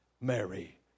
Mary